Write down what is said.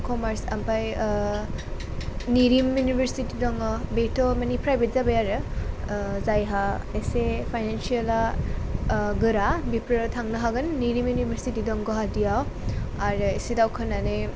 commerce ओमफ्राय नेरिम university दङ बेथ' माने प्राइभेट जाबाय आरो जायहा एसे फायनेन्सियेला गोरा बेफोर थांनो हागोन नेरिम इउनिभारसिटि दं गुवाहाटीआव आरो इसे दावखोनानै